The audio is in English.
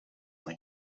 like